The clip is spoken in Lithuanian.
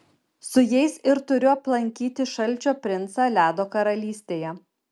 su jais ir turiu aplankyti šalčio princą ledo karalystėje